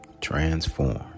transform